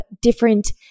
different